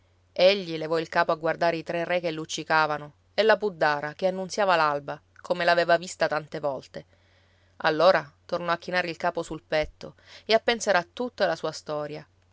egli levò il capo a guardare i tre re che luccicavano e la puddara che annunziava l'alba come l'aveva vista tante volte allora tornò a chinare il capo sul petto e a pensare a tutta la sua storia